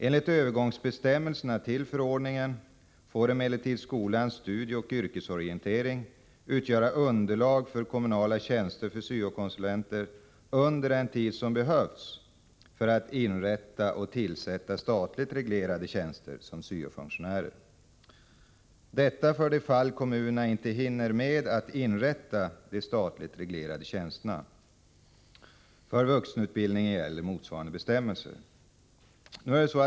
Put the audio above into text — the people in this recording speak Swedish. Enligt övergångsbestämmelserna till förordningen får emellertid skolans studieoch yrkesorientering utgöra underlag för kommunala tjänster för syokonsulenter under den tid som behövs för att inrätta och tillsätta statligt reglerade tjänster som syo-funktionär — detta för de fall kommunerna inte hinner med att inrätta de statligt reglerade tjänsterna.